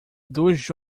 dois